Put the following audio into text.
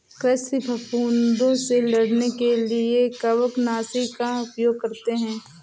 कृषि फफूदों से लड़ने के लिए कवकनाशी का उपयोग करते हैं